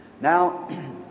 Now